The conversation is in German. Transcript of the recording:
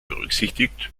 berücksichtigt